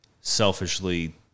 selfishly